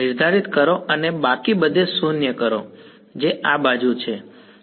નિર્ધારિત કરો અને બાકી બધે શૂન્ય કરો જે આ બાજુ બરાબર છે